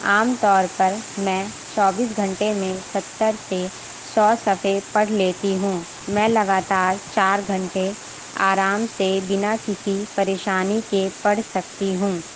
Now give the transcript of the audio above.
عام طور پر میں چوبیس گھنٹے میں ستّر سے سو صفحے پڑھ لیتی ہوں میں لگاتار چار گھنٹے آرام سے بنا کسی پریشانی کے پڑھ سکتی ہوں